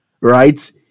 right